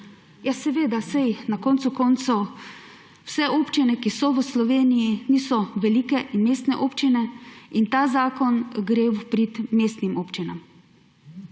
Ja, seveda, saj na koncu koncev vse občine, ki so v Sloveniji, niso velike in mestne občine. Ta zakon gre v prid mestnim občinam.